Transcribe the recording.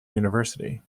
university